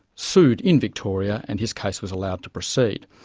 sued in victoria and his case was allowed to proceed.